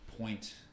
point